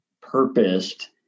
purposed